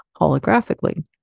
holographically